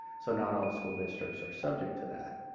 so not all school districts are subject to that.